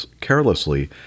carelessly